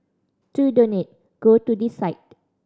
to donate go to this site